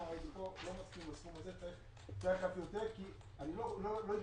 אני לא מסכים לסכום הזה כי אני לא יודע